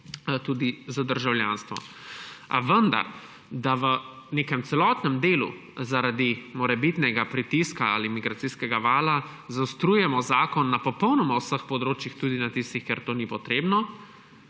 tudi za državljanstvo. A vendar, da v nekem celotnem delu zaradi morebitnega pritiska ali migracijskega vala zaostrujemo zakon na popolnoma vseh področjih, tudi na tistih, kjer to ni potrebno,